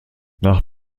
nach